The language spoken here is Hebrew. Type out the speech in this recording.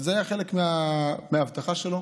וזה היה חלק מההבטחה שלו.